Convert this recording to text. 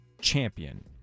champion